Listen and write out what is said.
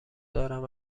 دارم